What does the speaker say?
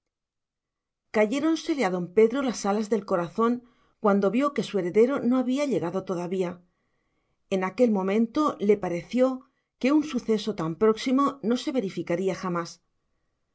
cayéronsele a don pedro las alas del corazón cuando vio que su heredero no había llegado todavía en aquel momento le pareció que un suceso tan próximo no se verificaría jamás